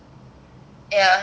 ya that is all